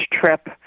trip